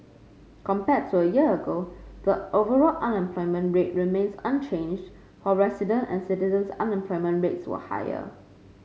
compared to a year ago the overall unemployment rate remained unchanged while resident and citizen unemployment rates were higher